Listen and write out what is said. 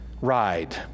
ride